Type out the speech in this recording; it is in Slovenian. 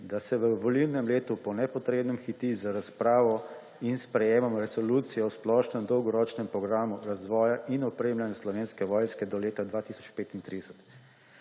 da se v volilnem letu po nepotrebnem hiti z razpravo in sprejetjem resolucije o splošnem dolgoročnem programu razvoja in opremljanja Slovenske vojske do leta 2035.